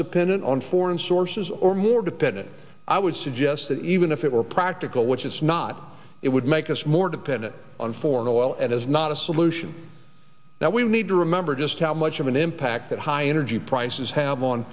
dependent on foreign sources or more dependent i would suggest that even if it were practical which it's not it would make us more dependent on foreign oil and is not a solution now we need to remember just how much of an impact that high energy prices have on